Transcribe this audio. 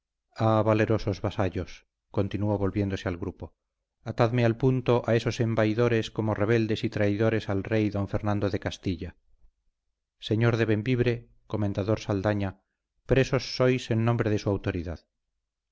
ah valerosos vasallos continuó volviéndose al grupo atadme al punto a esos embaidores como rebeldes y traidores al rey don fernando de castilla señor de bembibre comendador saldaña presos sois en nombre de su autoridad